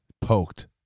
poked